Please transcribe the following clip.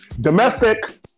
Domestic